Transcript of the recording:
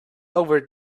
over